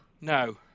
No